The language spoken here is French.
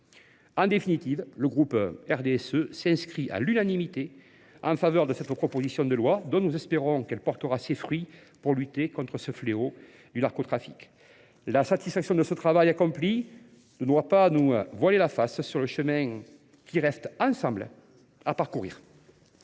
En définitive, le groupe RDSE s'inscrit à l'unanimité en faveur de cette proposition de loi dont nous espérons qu'elle portera ses fruits pour lutter contre ce fléau du narcotrafique. La satisfaction de ce travail accompli ne doit pas nous voiler la face sur le chemin qui reste ensemble à parcourir.